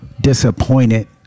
disappointed